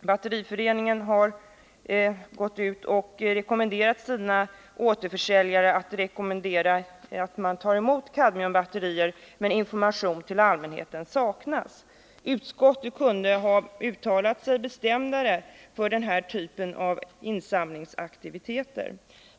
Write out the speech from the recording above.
Batteriföreningen har rekommenderat sina återförsäljare att ta emot kadmiumbatterier, men tillräcklig information till allmänheten saknas. Utskottet borde ha uttalat sig mera bestämt för den här typen av insamlingsaktiviteter.